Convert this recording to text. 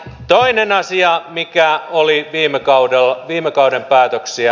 toinen asia mikä oli viime kauden päätöksiä